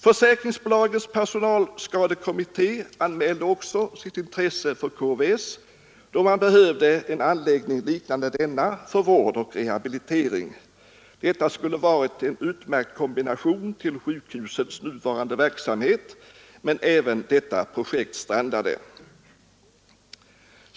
Försäkringsbolagens personskadekommitté anmälde också sitt intresse för KVS då man behövde en anläggning liknande denna för vård och rehabilitering. Det skulle varit utmärkt i kombination med sjukhusets nuvarande verksamhet, men även detta projekt strandade.